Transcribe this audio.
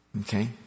Okay